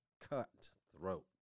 cutthroat